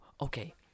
okay